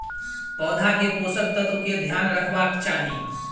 पौधा के पोषक तत्व के ध्यान रखवाक चाही